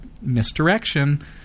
misdirection